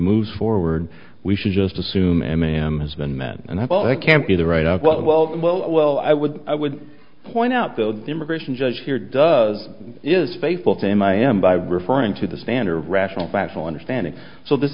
moves forward we should just assume mam has been met and all that can't be the right of what well well well i would i would point out the immigration judge here does is faithful same i am by referring to the standard of rational factual understanding so this